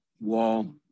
wall